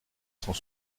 cent